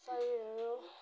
शरीरहरू